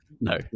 No